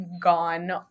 gone